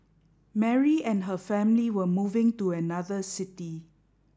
Mary and her family were moving to another city